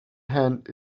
hand